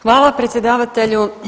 Hvala predsjedavatelju.